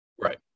Right